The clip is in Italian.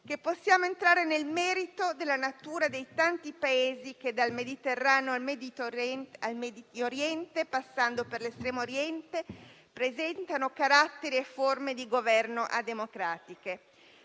che possiamo entrare nel merito della natura dei tanti Paesi che, dal Mediterraneo al Medio Oriente, passando per l'Estremo Oriente, presentano caratteri e forme di Governo a-democratiche.